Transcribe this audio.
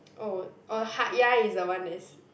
oh or Hatyai is the one that's